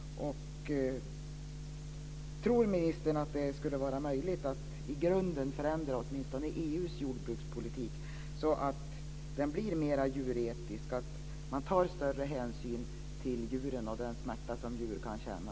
Tror ministern att det skulle vara möjligt att i grunden förändra åtminstone EU:s jordbrukspolitik så att den blir mer djuretisk, så att man tar större hänsyn till djuren och den smärta som djur kan känna?